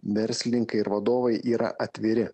verslininkai ir vadovai yra atviri